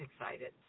excited